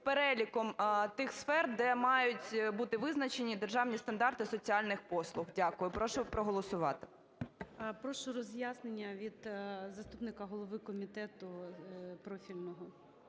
переліком тих сфер, де мають бути визначені державні стандарти соціальних послуг. Дякую. Прошу проголосувати. ГОЛОВУЮЧИЙ. Прошу роз'яснення від заступника голови комітету профільного